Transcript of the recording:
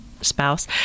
spouse